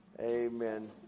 Amen